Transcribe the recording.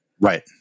right